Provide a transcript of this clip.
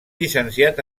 llicenciat